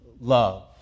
love